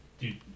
Dude